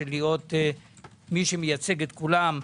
להיות מי שמייצג את כולם.